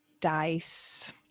dice